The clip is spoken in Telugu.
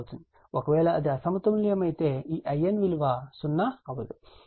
ఒకవేళ అది అసమతుల్యమైతే ఈ In విలువ 0 అవ్వదు